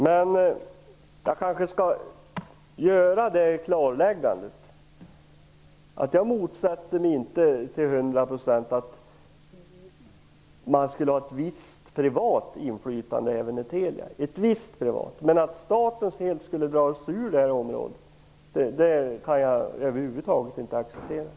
Men jag kanske ändå skall göra det klarläggandet att jag inte till hundra procent motsätter mig ett visst privat inflytande även i Telia, men att staten helt skulle dra sig ur sitt engagemang på det området kan jag över huvud taget inte acceptera.